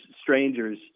strangers